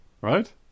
Right